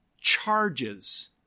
charges